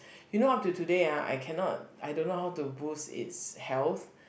you know up to today ah I cannot I don't know how to boost it's health